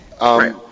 Right